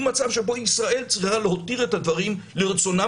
הוא מצב שבו ישראל צריכה להותיר את הדברים לרצונם